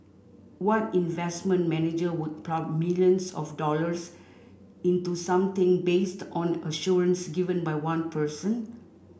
what investment manager would plough millions of dollars into something based on assurance given by one person